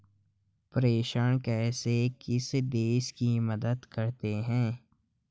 प्रेषण कैसे किसी देश की मदद करते हैं?